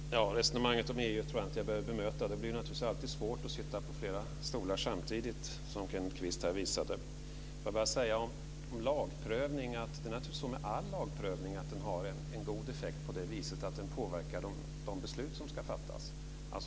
Fru talman! Resonemanget om EU tror jag inte att jag behöver bemöta. Det är naturligtvis alltid svårt att sitta på flera stolar samtidigt, som Kenneth Kvist här visade. Det är naturligtvis så med all lagprövning att den har en god effekt på det viset att den påverkar de beslut som ska fattas.